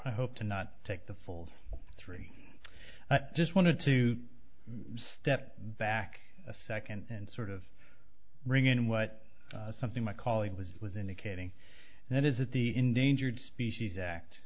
i hope to not take the full three i just wanted to step back a second and sort of bring in what something my colleague was was indicating and that is that the endangered species act